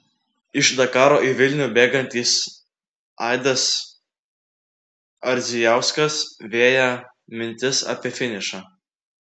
iš dakaro į vilnių bėgantis aidas ardzijauskas veja mintis apie finišą